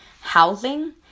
housing